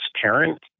transparent